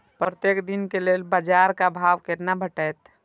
प्रत्येक दिन के लेल बाजार क भाव केना भेटैत?